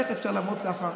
איך אפשר לרמות ככה?